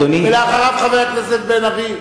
ואחריו, חבר הכנסת בן-ארי.